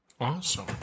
Awesome